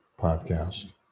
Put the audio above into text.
podcast